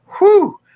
Whoo